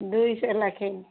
ଦୁଇଶହ ଲାଖେ